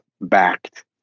backed